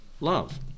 love